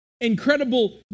incredible